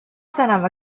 tänava